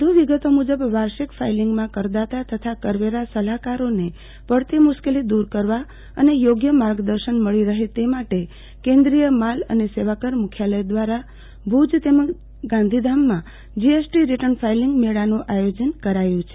વધુ વિગતો મુજબ વાર્ષિક ફાઈલીંગમાં કરદાતા તથા કરવેરા લાહકારોને પડતી મુશ્કેલી દૂર કરવા અને યોગ્ય માર્ગદર્શન મળી રહે તે માટે કેન્દ્રિય માલ અને સેવાકર મુખ્યાલય દ્વારા ુભજ તેમજ ગાંધીધામમાં જીએસટી રિટર્ન ફાઈલીંગ મેળાનું આયોજન કરાયું છે